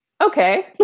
okay